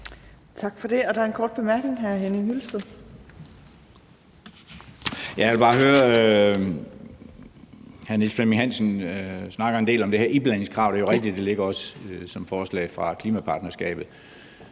Tak for det. Der er en kort bemærkning. Hr. Henning Hyllested.